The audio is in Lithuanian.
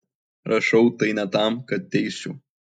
rašau tai ne tam kad teisčiau